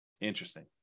Interesting